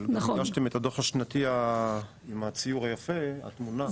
אבל ביקשתם את הדו"ח הכספי עם הציור היפה עם התמונה?